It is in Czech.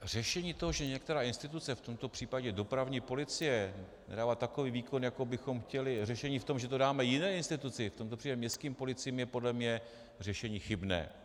Řešení toho, že některá instituce, v tomto případě dopravní policie, nedává takový výkon, jako bychom chtěli, řešení v tom, že to dáme jiné instituci, v tomto případě městským policiím, je podle mě řešení chybné.